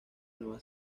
nueva